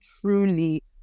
truly